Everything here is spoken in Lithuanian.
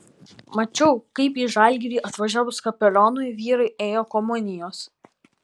mačiau kaip į žalgirį atvažiavus kapelionui vyrai ėjo komunijos